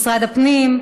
משרד הפנים,